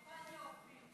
בבקשה.